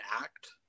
act